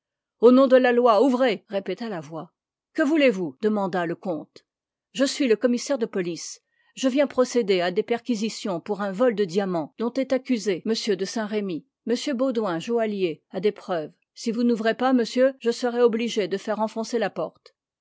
au nom de la loi ouvrez répéta la voix que voulez-vous demanda le comte je suis le commissaire de police je viens procéder à des perquisitions pour un vol de diamants dont est accusé m de saint-remy m baudoin joaillier a des preuves si vous n'ouvrez pas monsieur je serai obligé de faire enfoncer la porte